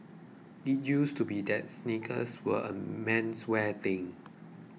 it used to be that sneakers were a menswear thing